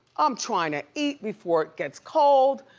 i'm trying to eat before it gets cold.